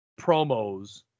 promos